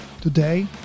Today